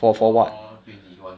four twenty one